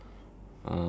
um